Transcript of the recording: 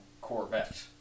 Corvette